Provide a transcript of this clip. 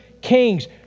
kings